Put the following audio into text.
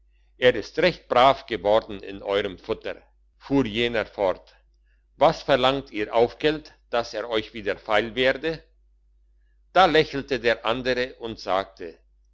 er ist recht brav worden in eurem futter fuhr jener fort was verlangt ihr aufgeld daß er euch wieder feil werde da lächelte der andere und sagte